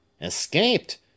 Escaped